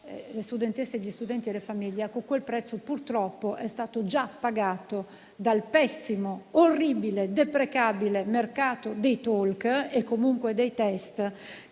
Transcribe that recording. le studentesse e gli studenti e le famiglie. Quel prezzo, purtroppo, è stato già pagato dal pessimo, orribile, deprecabile mercato dei TOLC e comunque dei test